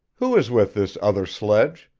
who is with this other sledge?